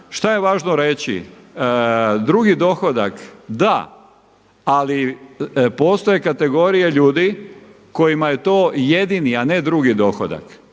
Šta je važno reći? Drugi dohodak da ali postoje kategorije ljudi kojima je to jedini a ne drugi dohodak.